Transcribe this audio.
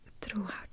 throughout